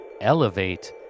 elevate